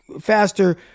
faster